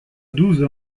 douze